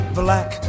black